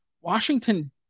Washington